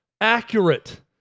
accurate